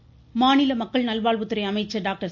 விஜயபாஸ்கர் மாநில மக்கள் நல்வாழ்வுத்துறை அமைச்சர் டாக்டர்